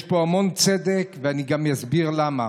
יש בו המון צדק, ואני גם אסביר למה.